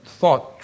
thought